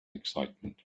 excitement